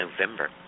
November